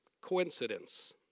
coincidence